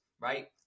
right